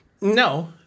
no